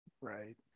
Right